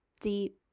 deep